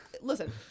listen